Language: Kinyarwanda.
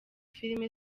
filime